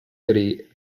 city